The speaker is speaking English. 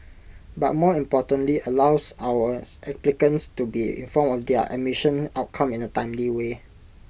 but more importantly allows our as applicants to be informed of their admission outcome in A timely way